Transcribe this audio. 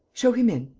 show him in.